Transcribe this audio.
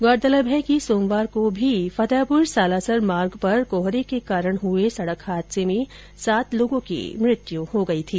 गौरतलब है कि सोमवार को भी फतेहपुर सालासर मार्ग पर कोहरे के कारण हुए सड़क हादसे में सात लोगों की मृत्यु हो गई थी